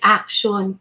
action